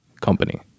company